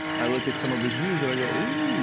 i look at some of his views, and i go, oh,